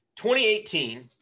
2018